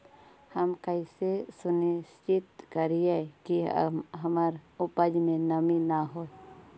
हम कैसे सुनिश्चित करिअई कि हमर उपज में नमी न होय?